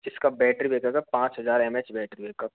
इसका battery backup है पाँच हजार एम एच बैटरी बैकअप